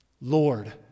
Lord